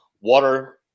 water-